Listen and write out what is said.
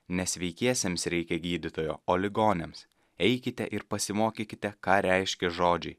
ne sveikiesiems reikia gydytojo o ligoniams eikite ir pasimokykite ką reiškia žodžiai